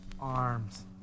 arms